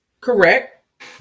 Correct